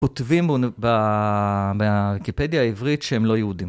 כותבים בארכיפדיה העברית שהם לא יהודים.